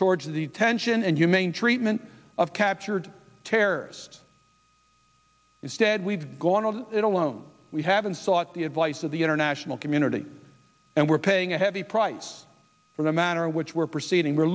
towards the tension and humane treatment of captured terrorists instead we've gone over it alone we haven't sought the advice of the international community and we're paying a heavy price for the manner in which we're proceeding we're